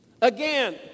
Again